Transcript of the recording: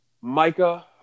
micah